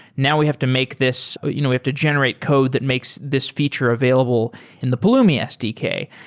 now we have to make this you know we have to generate code that makes this feature available in the pulumi sdk,